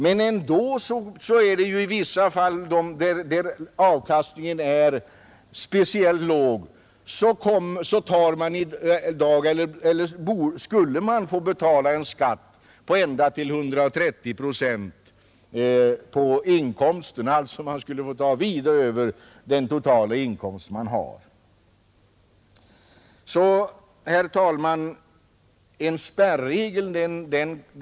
Men ändå skulle man i dag i vissa fall där avkastningen är speciellt låg få betala en skatt på ända upp till 130 procent av inkomsten, alltså man skulle få betala vida mer än den totala inkomst man har.